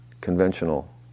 conventional